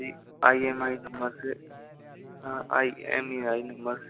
यही I M I number से हाँ I M E I number से